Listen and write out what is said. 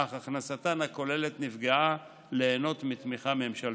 אך הכנסתן הכוללת נפגעה ליהנות מתמיכה ממשלתית.